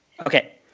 okay